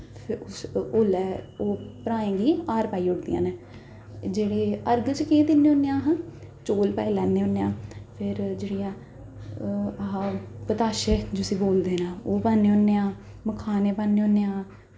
ते उसलै ओह् भ्राएं ही हार पवाई ओड़दियां न जेह्के अर्ग च केह् दिन्ने होन्ने आं अस चौल पाई लैन्ने होन्ने आं फिर पतासे जिस्सी बोलदे न ओह् पान्ने होन्ने आं मखाने पान्ने होन्ने आं